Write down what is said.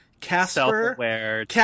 Casper